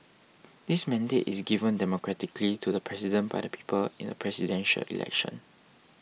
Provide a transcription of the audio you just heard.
this mandate is given democratically to the president by the people in the Presidential Election